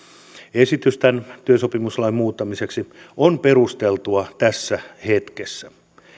esitys tämän työsopimuslain muuttamiseksi on perusteltua tässä hetkessä